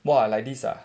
!wah! like this ah